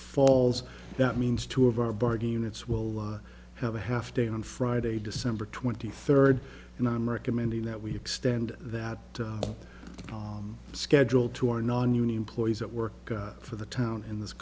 falls that means two of our bargain units will have a half day on friday december twenty third and i'm recommending that we extend that schedule to our nonunion employees that work for the town in this